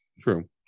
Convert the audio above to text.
True